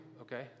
okay